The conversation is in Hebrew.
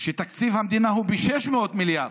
שתקציב המדינה הוא כ-600 מיליארד.